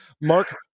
Mark